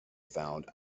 found